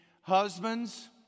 Husbands